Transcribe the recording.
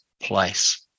place